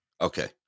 Okay